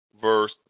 verse